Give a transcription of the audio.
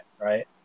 right